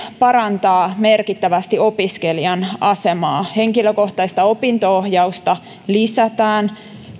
parantaa merkittävästi opiskelijan asemaa henkilökohtaista opinto ohjausta lisätään